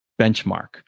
benchmark